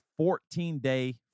14-day